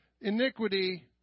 iniquity